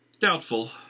Doubtful